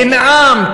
תנאם,